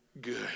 good